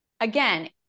again